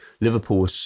Liverpool